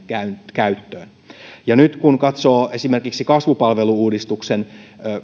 käyttöön nyt kun katsoo esimerkiksi kasvupalvelu uudistuksen